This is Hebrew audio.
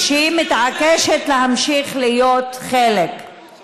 תצביעו, תצביעו נגד.